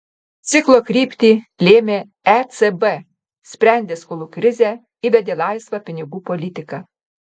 ciklo kryptį lėmė ecb sprendė skolų krizę įvedė laisvą pinigų politiką